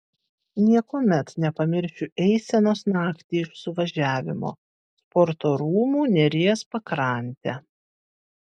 niekuomet nepamiršiu eisenos naktį iš suvažiavimo sporto rūmų neries pakrante